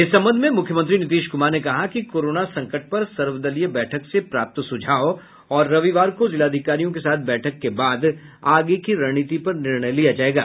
इस संबंध में मुख्यमंत्री नीतीश कुमार ने कहा कि कोरोना संकट पर सर्वदलीय बैठक से प्राप्त सुझाव और रविवार को जिलाधिकारियों के साथ बैठक के बाद आगे की रणनीति पर निर्णय लिया जाएगा